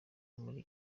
muri